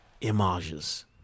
images